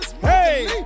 hey